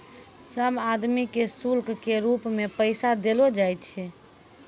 सब आदमी के शुल्क के रूप मे पैसा देलो जाय छै